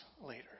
later